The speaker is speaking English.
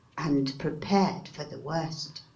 and prepared for the worst.